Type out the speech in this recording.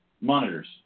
monitors